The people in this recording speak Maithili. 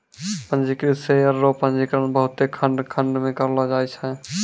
पंजीकृत शेयर रो पंजीकरण बहुते खंड खंड मे करलो जाय छै